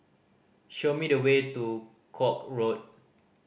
show me the way to Koek Road